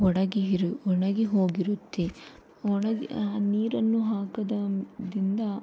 ಒಣಗಿ ಇರು ಒಣಗಿ ಹೋಗಿರುತ್ತೆ ಒಣಗಿ ಆ ನೀರನ್ನು ಹಾಕದ ದಿಂದ